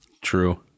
True